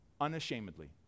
Unashamedly